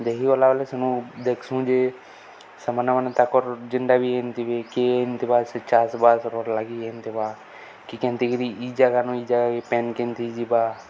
ଦେଖିଗଲା ବଲେ ସେନୁ ଦେଖ୍ସୁଁ ଯେ ସେମାନେମାନେ ତାକର୍ ଜେନ୍ଟା ବି ଆନିଥିବେ କିଏ ଏନ୍ଥିବା ସେ ଚାଷ୍ବାସ୍ର ଲାଗି ଏନିଥିବା କି କେନ୍ତି କିରି ଇ ଜାଗାନୁ ଇ ଜାଗାକେ ପେନ୍ କେନ୍ତି ଯିବା